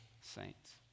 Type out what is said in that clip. saints